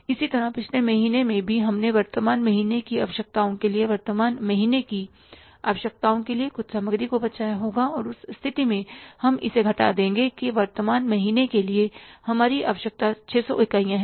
इसी तरह पिछले महीने में भी हमने वर्तमान महीने की आवश्यकताओं के लिए वर्तमान महीने की आवश्यकताओं के लिए कुछ सामग्री को बचाया होगा और उस स्थिति में हम इसे घटा देंगे कि वर्तमान महीने के लिए हमारी आवश्यकता 600 इकाइयां है